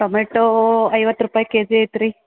tomato ಐವತ್ತು ರೂಪಾಯಿ KG ಐತೆ ರೀ